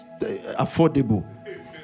affordable